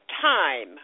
time